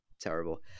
terrible